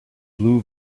blue